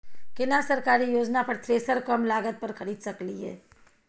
केना सरकारी योजना पर थ्रेसर कम लागत पर खरीद सकलिए?